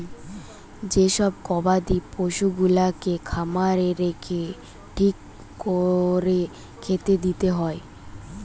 যে সব গবাদি পশুগুলাকে খামারে রেখে ঠিক কোরে খেতে দিতে হয়